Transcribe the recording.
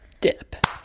dip